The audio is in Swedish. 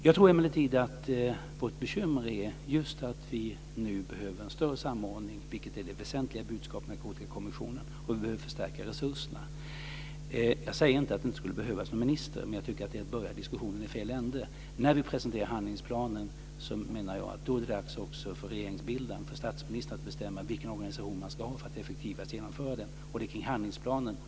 Jag tror emellertid att vårt bekymmer är att vi nu behöver en större samordning, vilket är det väsentliga budskapet från narkotikakommissionen. Vi behöver förstärka resurserna. Jag säger inte att det inte skulle behövas någon minister, men jag tycker att det är att börja diskussionen i fel ända. När vi presenterar handlingsplanen menar jag att det är dags för regeringsbildaren, statsministern, att bestämma vilken organisation man ska ha för att effektivast genomföra den.